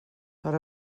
per